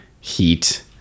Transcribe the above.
heat